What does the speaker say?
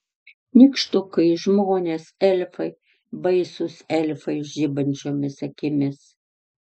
nykštukai žmonės elfai baisūs elfai žibančiomis akimis